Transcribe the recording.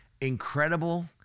incredible